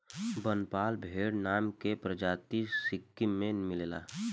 बनपाला भेड़ नाम के प्रजाति सिक्किम में मिलेले